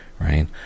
right